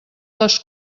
les